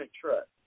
trust